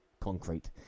concrete